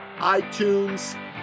iTunes